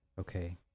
Okay